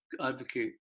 advocate